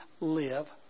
live